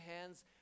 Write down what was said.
hands